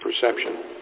perception